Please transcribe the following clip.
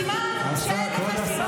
יש לי עוד עשר דקות.